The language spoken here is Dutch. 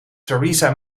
theresa